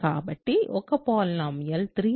కాబట్టి ఒక polynomial 3x 28x 11